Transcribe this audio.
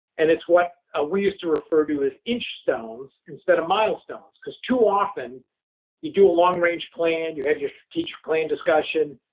and it's what ah we used to refer to as inch stones instead of milestones because too often you do a long-range plan, you have your strategic plan discussion,